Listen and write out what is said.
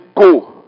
go